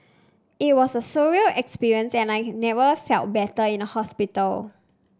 it was a surreal experience and I had never felt better in a hospital